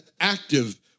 active